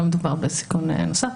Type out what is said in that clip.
לא מדובר בסיכון נוסף.